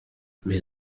mais